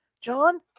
John